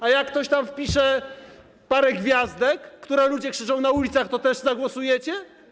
A jak ktoś tam pisze parę gwiazdek, które ludzie krzyczą na ulicach, to też zagłosujecie?